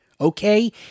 okay